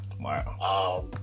Wow